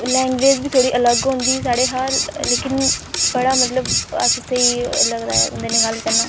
language बी अलग होंदी साढ़े हा लेकिन बड़ा मतलब अस स्हेई लगदा ऐ उं'दे नै गल्ल करना